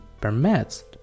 permits